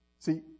See